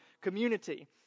community